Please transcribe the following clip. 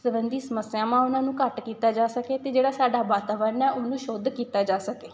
ਸਬੰਧੀ ਸਮੱਸਿਆਵਾਂ ਉਹਨਾਂ ਨੂੰ ਘੱਟ ਕੀਤਾ ਜਾ ਸਕੇ ਅਤੇ ਜਿਹੜਾ ਸਾਡਾ ਵਾਤਾਵਰਨ ਹੈ ਉਹਨੂੰ ਸ਼ੁੱਧ ਕੀਤਾ ਜਾ ਸਕੇ